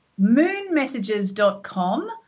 moonmessages.com